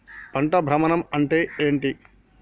పంట భ్రమణం అంటే ఏంటి?